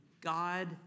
God